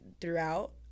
throughout